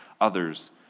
others